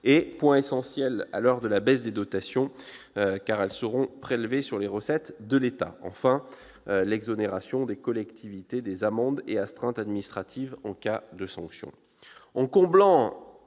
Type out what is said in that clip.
point essentiel à l'heure de la baisse des dotations - sur les recettes de l'État ; l'exonération des collectivités des amendes et astreintes administratives en cas de sanction. En comblant